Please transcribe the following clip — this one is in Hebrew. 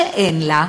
שאין לה,